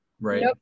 Right